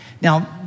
Now